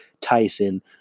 Tyson